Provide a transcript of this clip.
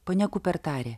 ponia kuper tarė